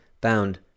bound